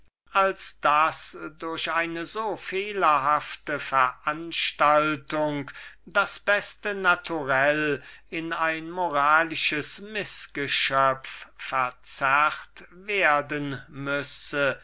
als daß durch eine so fehlerhafte veranstaltung das beste naturell in ein karikaturenmäßiges moralisches mißgeschöpfe verzogen werden müsse